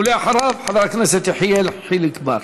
אחריו, חבר הכנסת יחיאל חיליק בר.